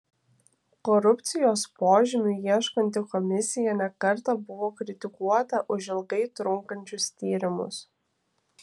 korupcijos požymių ieškanti komisija ne kartą buvo kritikuota už ilgai trunkančius tyrimus